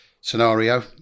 scenario